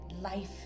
life